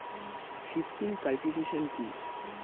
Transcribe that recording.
Shifting cultivation কি?